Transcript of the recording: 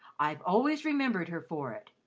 i've always remembered her for it.